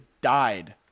died